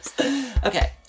Okay